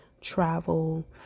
travel